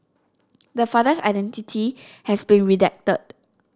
the father's identity has been redacted